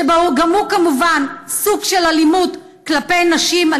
וגם הוא כמובן סוג של אלימות כלפי נשים,